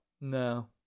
no